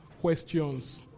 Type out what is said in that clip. questions